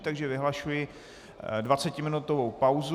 Takže vyhlašuji dvacetiminutovou pauzu.